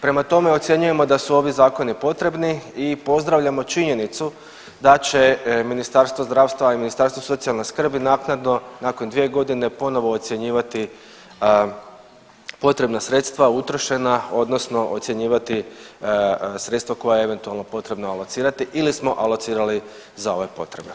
Prema tome, ocjenjujemo da su ovi zakoni potrebni i pozdravljamo činjenicu da će Ministarstvo zdravstva i Ministarstvo socijalne skrbi naknadno nakon dvije godine ponovo ocjenjivati potrebna sredstva utrošena odnosno ocjenjivati sredstva koja je eventualno potrebno alocirati ili smo alocirali za ove potrebe.